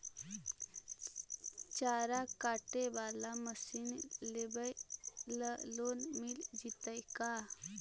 चारा काटे बाला मशीन लेबे ल लोन मिल जितै का?